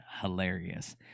hilarious